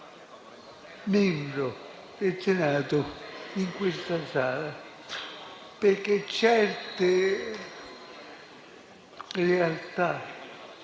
membro del Senato in quest'Aula, perché certe realtà